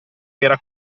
era